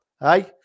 Hey